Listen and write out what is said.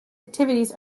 activities